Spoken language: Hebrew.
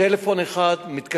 טלפון אחד, מתקשרים,